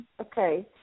Okay